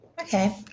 Okay